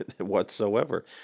whatsoever